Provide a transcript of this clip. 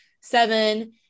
Seven